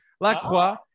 Lacroix